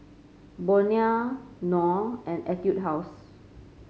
Bonia Knorr and Etude House